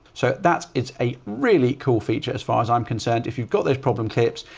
so that's it's a really cool feature as far as i'm concerned. if you've got this problem clips,